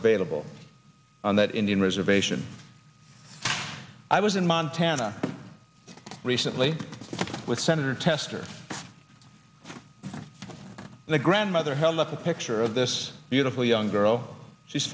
available on that indian reservation i was in montana recently with senator tester the grandmother helmet the picture of this beautiful young girl she's